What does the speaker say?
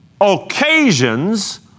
occasions